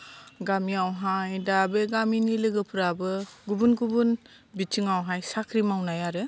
गामियावहाय दा बे गामिनि लोगोफोराबो गुबुन गुबुन बिथिङावहाय साख्रि मावनाय आरो